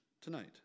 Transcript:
tonight